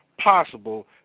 possible